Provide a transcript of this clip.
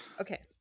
Okay